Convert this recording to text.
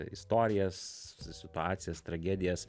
istorijas situacijas tragedijas